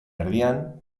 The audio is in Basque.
erdian